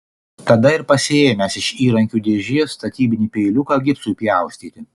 tada ir pasiėmęs iš įrankių dėžės statybinį peiliuką gipsui pjaustyti